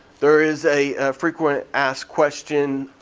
there is a frequent asked question